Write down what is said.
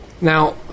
now